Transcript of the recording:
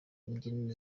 imbyino